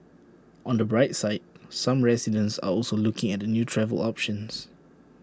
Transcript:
on the bright side some residents are also looking at new travel options